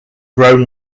grown